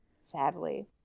sadly